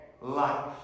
life